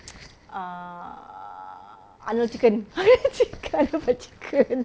err arnold chicken chicken arnold got chicken